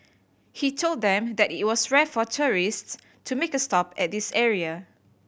he told them that it was rare for tourists to make a stop at this area